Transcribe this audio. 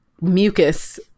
mucus